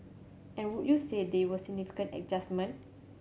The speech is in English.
and would you say they were significant adjustment